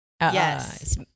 Yes